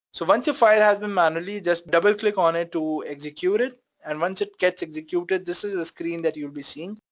so once your file has been manually just double click on it to execute it and once it gets executed, this is the screen that you'll be seeing.